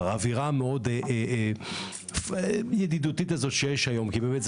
האווירה המאוד ידידותית שיש היום כי זו